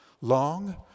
long